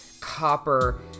copper